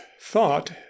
thought